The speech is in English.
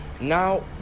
now